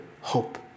hope